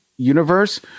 universe